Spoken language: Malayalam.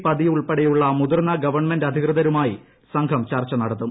പതി ഉൾപ്പെടെയുള്ള മുതിർന്ന ഗവൺമെന്റ് അധികൃതരുമായി സംഘം ചർച്ചു നടത്തും